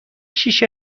شیشه